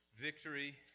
victory